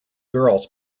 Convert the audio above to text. girls